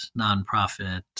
nonprofit